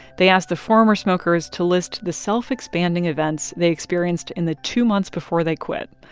they asked the former smokers to list the self-expanding events they experienced in the two months before they quit.